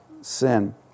sin